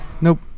Nope